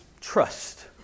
trust